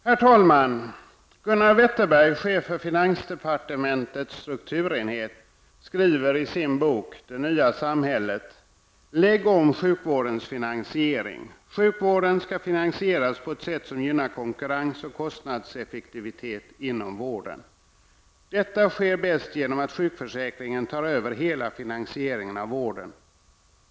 Herr talman! Gunnar Wetterberg, chef för finansdepartements strukturenhet, skriver i sin bok Lägg om sjukvårdens finansiering. Sjukvården skall finansieras på ett sätt som gynnar konkurrens och kostnadseffektivitet inom vården. Detta sker bäst genom att sjukförsäkringen tar över hela finansieringen av vården.